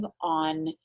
on